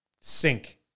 Sink